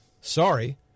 Sorry